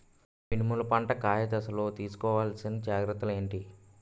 మినుములు పంట కాయ దశలో తిస్కోవాలసిన జాగ్రత్తలు ఏంటి?